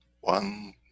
one